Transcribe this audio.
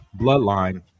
Bloodline